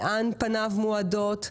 לאן פניו מועדות,